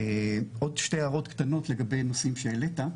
עוד שתי הערות קטנות לגבי נושאים שהעלית: